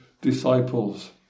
disciples